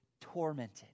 tormented